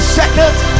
seconds